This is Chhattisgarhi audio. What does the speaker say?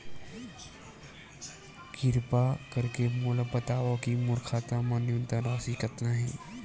किरपा करके मोला बतावव कि मोर खाता मा न्यूनतम राशि कतना हे